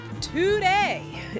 Today